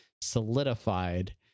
solidified